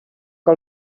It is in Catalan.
que